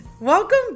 welcome